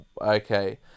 okay